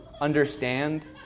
understand